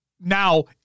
now